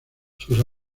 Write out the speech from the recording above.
sus